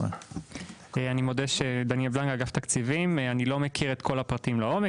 אני מודה שאני לא מכיר את כל הפרטים לעומק,